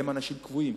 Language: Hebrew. הם אנשים קבועים.